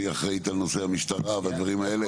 שהיא אחראית על נושא המשטרה והדברים האלה.